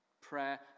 Prayer